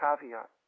caveat